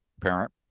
parent